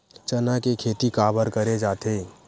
चना के खेती काबर करे जाथे?